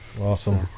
Awesome